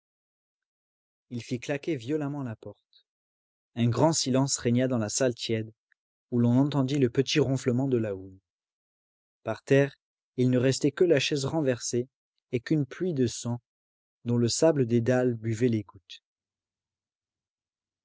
il fit claquer violemment la porte un grand silence régna dans la salle tiède où l'on entendit le petit ronflement de la houille par terre il ne restait que la chaise renversée et qu'une pluie de sang dont le sable des dalles buvait